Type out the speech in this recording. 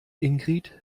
ingrid